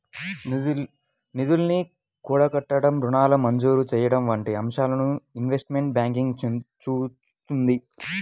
నిధుల్ని కూడగట్టడం, రుణాల మంజూరు చెయ్యడం వంటి అంశాలను ఇన్వెస్ట్మెంట్ బ్యాంకింగ్ చూత్తుంది